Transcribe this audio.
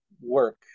work